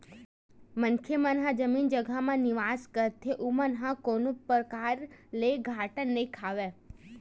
मनखे मन ह जमीन जघा म निवेस करथे ओमन ह कोनो परकार ले घाटा नइ खावय